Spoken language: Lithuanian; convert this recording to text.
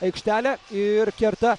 aikštelę ir kerta